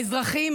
האזרחים,